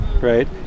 right